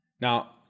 now